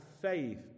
faith